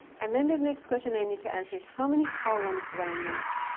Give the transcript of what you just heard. and then the next question i need to answer is how many columns do i move?